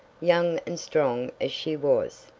young and strong as she was,